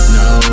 no